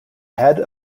head